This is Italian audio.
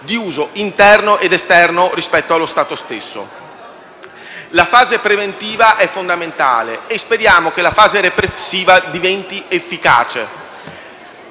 di uso interno ed esterno rispetto allo Stato stesso. La fase preventiva è fondamentale e speriamo che la fase repressiva diventi efficace.